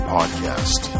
Podcast